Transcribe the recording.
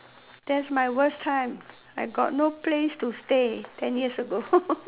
that's my worst time I got no place to stay ten years ago